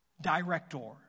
director